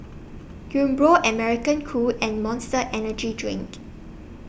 Umbro American Crew and Monster Energy Drink